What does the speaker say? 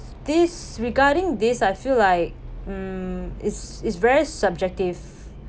this regarding this I feel like mm is is very subjective